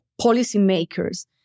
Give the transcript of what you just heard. policymakers